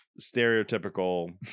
stereotypical